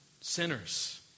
Sinners